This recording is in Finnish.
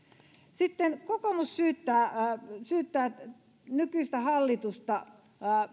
kokoomus syyttää nykyistä hallitusta